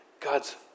God's